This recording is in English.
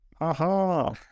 Aha